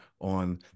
on